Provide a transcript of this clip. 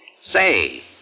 Say